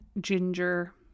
Ginger